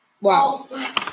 Wow